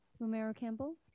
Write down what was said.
Romero-Campbell